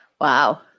Wow